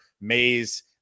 Mays